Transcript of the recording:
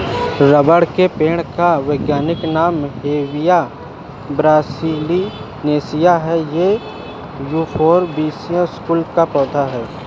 rubber के पेड़ का वैज्ञानिक नाम हेविया ब्रासिलिनेसिस है ये युफोर्बिएसी कुल का पौधा है